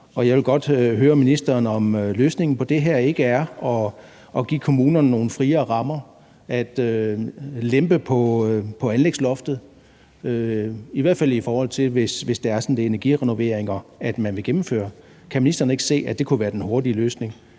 jeg vil godt høre ministeren, om løsningen på det her ikke er at give kommunerne nogle friere rammer og lempe på anlægsloftet, i hvert fald hvis det er sådan, at det er energirenoveringer, som man vil gennemføre. Kan ministeren ikke se, at det kunne være den hurtige løsning,